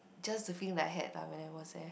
just to think I had ah when I was there